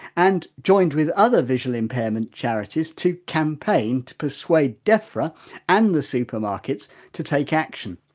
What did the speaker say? and joined with other visually impairment charities to campaign to persuade defra and the supermarkets to take action.